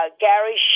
Gary